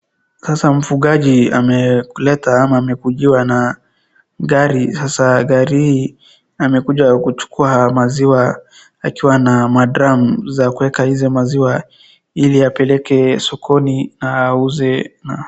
Sasa mfugaji amekuleta ama amekujiwa na gari ,sasa gari hii amekuja kuchukua maziwa akiwa na madrum za kueka izi maziwa ili apeleke sokoni na auze.